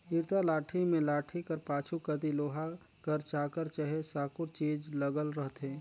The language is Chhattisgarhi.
इरता लाठी मे लाठी कर पाछू कती लोहा कर चाकर चहे साकुर चीज लगल रहथे